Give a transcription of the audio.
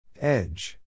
Edge